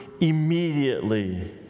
immediately